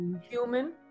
human